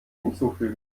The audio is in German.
hinzufügen